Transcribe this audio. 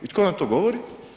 I tko nam tu govori?